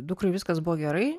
dukrai viskas buvo gerai